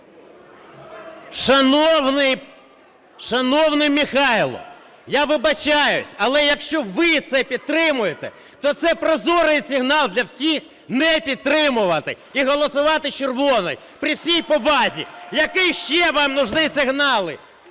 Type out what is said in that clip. Шановний Михайле, я вибачаюся, але якщо ви це підтримуєте, то це прозорий сигнал для всіх не підтримувати і голосувати червоною, при всій повазі. Які ще вам нужны сигналы!?